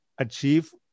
achieve